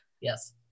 Yes